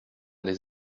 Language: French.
les